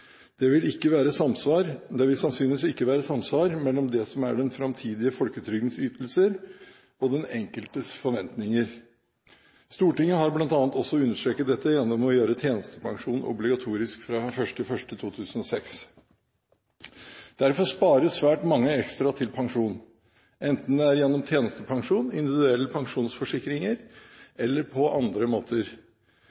Det vil sannsynligvis ikke være samsvar mellom det som er den framtidige folketrygdens ytelser, og den enkeltes forventninger. Stortinget har bl.a. understreket dette gjennom å gjøre tjenestepensjonen obligatorisk fra 1. januar 2006. Derfor sparer svært mange ekstra til pensjon, enten det er gjennom tjenestepensjon, individuelle pensjonsforsikringer